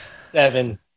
seven